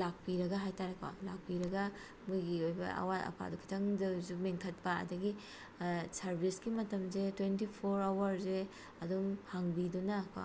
ꯂꯥꯛꯄꯤꯔꯒ ꯍꯥꯏꯇꯥꯔꯦꯀꯣ ꯂꯥꯛꯄꯤꯔꯒ ꯃꯣꯏꯒꯤ ꯑꯣꯏꯕ ꯑꯋꯥꯠ ꯑꯄꯥꯗꯣ ꯈꯤꯇꯪꯇ ꯑꯣꯏꯔꯁꯨ ꯃꯦꯟꯈꯠꯄ ꯑꯗꯒꯤ ꯁꯥꯔꯕꯤꯁꯀꯤ ꯃꯇꯝꯁꯦ ꯇ꯭ꯋꯦꯟꯇꯤ ꯐꯣꯔ ꯑꯋꯥꯔꯁꯦ ꯑꯗꯨꯝ ꯍꯥꯡꯕꯤꯗꯨꯅ ꯀꯣ